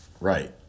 right